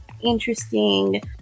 interesting